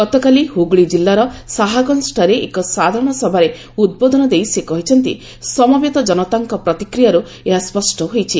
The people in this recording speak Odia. ଗତକାଲି ହୁଗୁଳି ଜିଲ୍ଲାର ସାହାଗଞ୍ଜଠାରେ ଏକ ସାଧାରଣ ସଭାରେ ଉଦ୍ବୋଧନ ଦେଇ ସେ କହିଛନ୍ତି ସମବେତ କନତାଙ୍କ ପ୍ରତିକ୍ରିୟାରୁ ଏହା ସ୍ୱଷ୍ଟ ହୋଇଛି